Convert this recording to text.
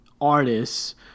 artists